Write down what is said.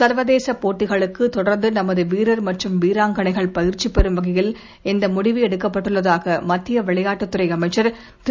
சர்வதேச போட்டிகளுக்கு தொடர்ந்து நமது வீரர் மற்றும் வீராங்கனைகள் பயிற்சி பெறும் வகையில் இந்த முடிவு எடுக்கப்பட்டுள்ளதாக மத்திய விளையாட்டுத் துறை அமைச்சர் திரு